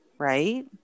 Right